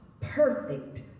perfect